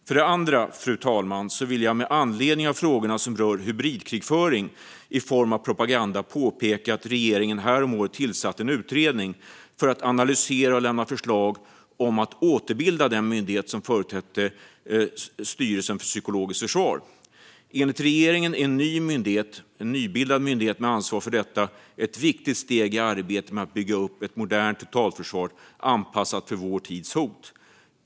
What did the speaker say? För det andra, fru talman, vill jag med anledning av frågorna som rör hybridkrigföring i form av propaganda påpeka att regeringen häromåret tillsatte en utredning för att analysera och lämna förslag om att återbilda den myndighet som förut hette Styrelsen för psykologiskt försvar. Enligt regeringen är en nybildad myndighet med ansvar för detta ett viktigt steg i arbetet med att bygga upp ett modernt totalförsvar anpassat för vår tids hot.